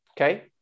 Okay